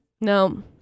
No